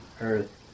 earth